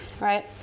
Right